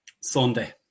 Sunday